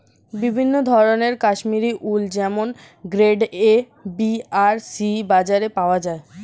বিভিন্ন ধরনের কাশ্মীরি উল যেমন গ্রেড এ, বি আর সি বাজারে পাওয়া যায়